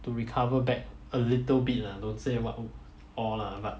to recover back a little bit lah don't say [what] all lah but